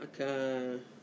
Okay